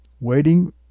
waiting